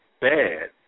bad